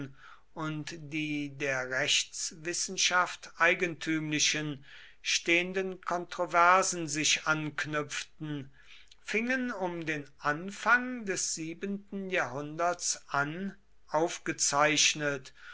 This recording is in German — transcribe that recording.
und die der rechtswissenschaft eigentümlichen stehenden kontroversen sich anknüpften fingen um den anfang des siebenten jahrhunderts an aufgezeichnet